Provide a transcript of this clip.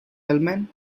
wellman